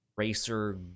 Racer